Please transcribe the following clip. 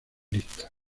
listas